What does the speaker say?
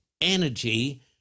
energy